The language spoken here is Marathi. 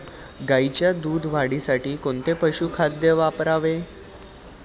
गाईच्या दूध वाढीसाठी कोणते पशुखाद्य वापरावे?